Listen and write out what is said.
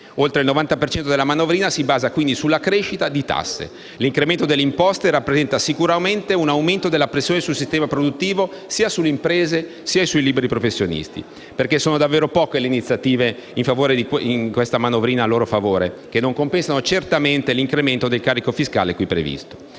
per cento della manovrina si basa, quindi, sulla crescita delle tasse. L'incremento delle imposte rappresenta sicuramente un aumento della pressione sul sistema produttivo, sia sulle imprese, che sui liberi professionisti. Sono infatti davvero poche le iniziative in loro favore in questa manovrina, che non compensano certamente l'incremento del carico fiscale qui previsto.